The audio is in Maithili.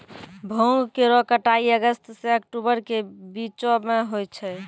भांग केरो कटाई अगस्त सें अक्टूबर के बीचो म होय छै